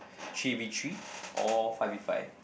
three V three or five V five